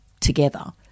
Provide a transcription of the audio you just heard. together